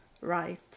right